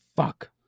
Fuck